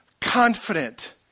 confident